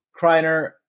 Kreiner